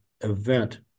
event